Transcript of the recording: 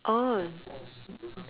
orh